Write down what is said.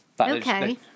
Okay